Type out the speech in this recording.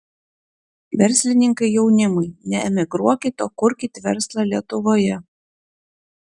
verslininkai jaunimui neemigruokit o kurkit verslą lietuvoje